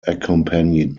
accompanied